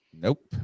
Nope